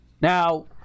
Now